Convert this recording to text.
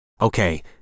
Okay